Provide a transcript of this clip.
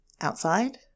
outside